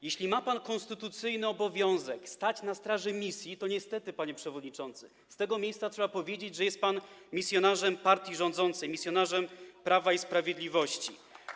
Jeśli ma pan konstytucyjny obowiązek stać na straży misji, to niestety, panie przewodniczący, z tego miejsca trzeba powiedzieć, że jest pan misjonarzem partii rządzącej, misjonarzem Prawa i Sprawiedliwości.